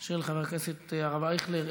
של חבר הכנסת הרב אייכלר,